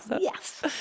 Yes